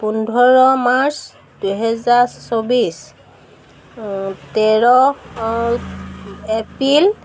পোন্ধৰ মাৰ্চ দুহেজাৰ চৌবিছ তেৰ এপ্ৰিল